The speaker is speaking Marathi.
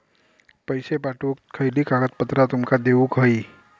पैशे पाठवुक खयली कागदपत्रा तुमका देऊक व्हयी?